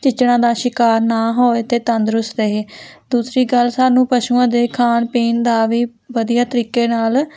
ਚਿੱਚੜਾਂ ਦਾ ਸ਼ਿਕਾਰ ਨਾ ਹੋਵੇ ਅਤੇ ਤੰਦਰੁਸਤ ਰਹੇ ਦੂਸਰੀ ਗੱਲ ਸਾਨੂੰ ਪਸ਼ੂਆਂ ਦੇ ਖਾਣ ਪੀਣ ਦਾ ਵੀ ਵਧੀਆ ਤਰੀਕੇ ਨਾਲ